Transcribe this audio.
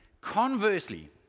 Conversely